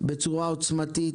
בצורה עוצמתית.